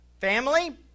Family